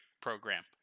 program